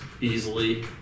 easily